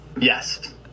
Yes